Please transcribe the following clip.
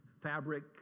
fabric